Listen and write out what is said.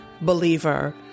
believer